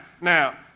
now